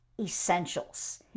essentials